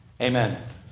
Amen